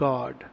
God